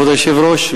כבוד היושב-ראש,